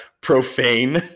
profane